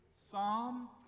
Psalm